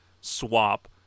swap